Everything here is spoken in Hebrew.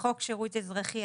לחוק שירות אזרחי,